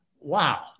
Wow